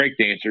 breakdancers